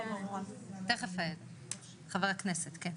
חה"כ אשר, כן.